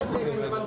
בסדר גמור.